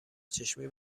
چشمی